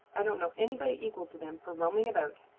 i don't know anybody equal to them for roaming about.